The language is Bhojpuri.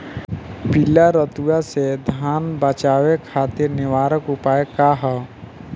पीला रतुआ से धान बचावे खातिर निवारक उपाय का ह?